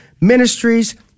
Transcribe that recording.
ministries